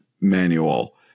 manual